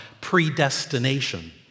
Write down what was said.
predestination